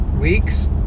weeks